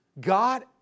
God